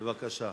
בבקשה.